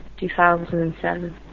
2007